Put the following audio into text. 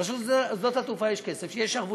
לרשות שדות התעופה יש כסף, שיהיו שרוולים.